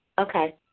Okay